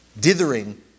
Dithering